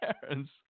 parents